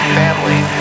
family